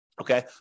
okay